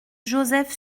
joseph